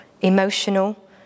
emotional